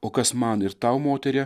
o kas man ir tau moterie